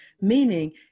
meaning